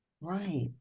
Right